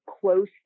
close